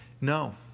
No